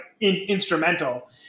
instrumental